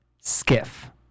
Skiff